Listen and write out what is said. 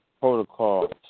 protocol